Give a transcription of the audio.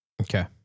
Okay